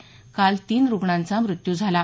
तर काल तीन रुग्णांचा मृत्यू झाला आहे